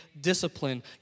discipline